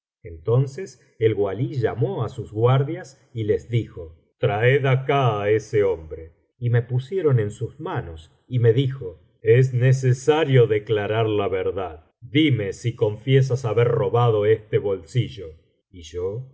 entonces el walí llamó á sus guardias y les dijo traed acá á ese hombre y me pusieron en sus manos y me dijo es necesario declarar la verdad dime si confiesas haber robado este bolsillo y yo